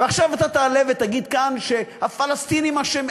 ועכשיו אתה תעלה ותגיד כאן שהפלסטינים אשמים,